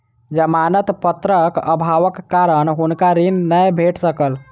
जमानत पत्रक अभावक कारण हुनका ऋण नै भेट सकल